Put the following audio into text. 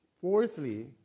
Fourthly